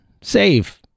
Save